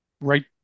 right